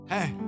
Hey